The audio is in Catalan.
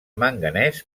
manganès